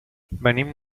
venim